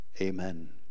Amen